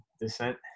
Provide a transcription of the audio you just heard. descent